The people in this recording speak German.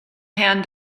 herrn